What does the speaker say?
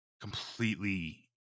completely